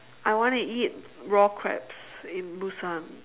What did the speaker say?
I wanna eat raw crabs in Busan